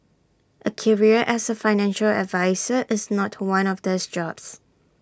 A career as A financial advisor is not one of these jobs